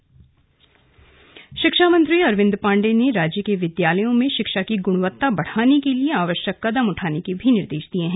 शिक्षा व्यवस्था शिक्षा मंत्री अरविन्द पाण्डेय ने राज्य के विद्यालयों में शिक्षा की गुणवत्ता बढाने के लिए आवश्यक कदम उठाने के निर्देश दिए हैं